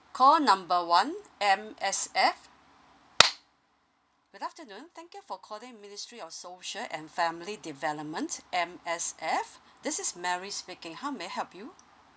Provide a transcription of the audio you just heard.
call number one M_S_F good afternoon thank you for calling ministry of social and family development M_S_F this is Mary speaking how may I help you